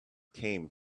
came